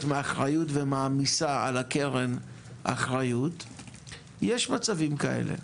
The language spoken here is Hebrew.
מאחריות ומעמיסה אחריות על הקרן יש מצבים כאלה.